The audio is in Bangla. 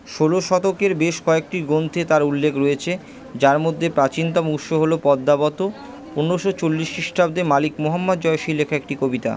ষোলো শতকের বেশ কয়েকটি গ্রন্থে তার উল্লেখ রয়েছে যার মধ্যে প্রাচীনতম উৎস হলো পদ্মাবৎ পনেরোশো চল্লিশ খ্রিস্টাব্দে মালিক মহম্মদ জয়সীর লেখা একটি কবিতা